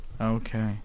Okay